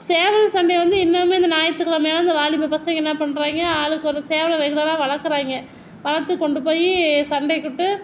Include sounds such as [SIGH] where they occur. சேவல் சண்டை வந்து இன்னும் இந்த ஞாயிற்று கிழமை ஆனால் இந்த வாலிப பசங்க என்ன பண்றாங்க ஆளுக்கு ஒரு சேவல் [UNINTELLIGIBLE] வளக்குறாங்க வளர்த்து கொண்டு போய் சண்டைக்கு விட்டு